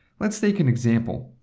let's take an example.